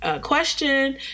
question